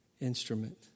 instrument